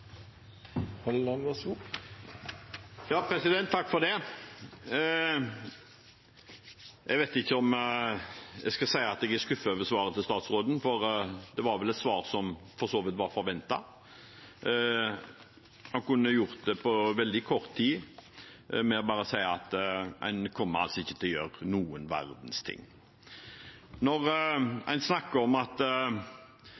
Jeg vet ikke om jeg skal si at jeg er skuffet over svaret til statsråden, for det var vel et svar som for så vidt var forventet. Han kunne gjort det på veldig kort tid med bare å si at en kommer ikke til å gjøre noen verdens ting. Når